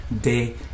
day